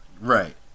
Right